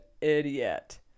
idiot